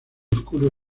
oscuro